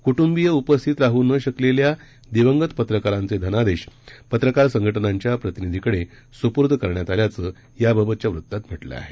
कुट्डीय उपस्थित राहू न शकलेल्या दिवंगत पत्रकारांचे धनादेश पत्रकार संघ ज्ञाच्या प्रतिनिधींकडे सुपूर्द करण्यात आल्याचं याबाबतच्या वृत्तात म्हातिं आहे